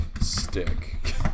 stick